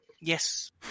Yes